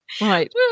Right